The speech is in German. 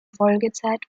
folgezeit